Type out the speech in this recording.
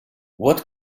what